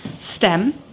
stem